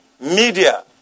media